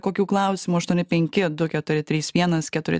kokių klausimų aštuoni penki du keturi trys vienas keturi